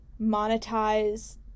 monetize